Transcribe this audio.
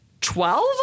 Twelve